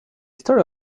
story